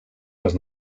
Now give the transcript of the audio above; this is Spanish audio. las